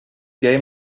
game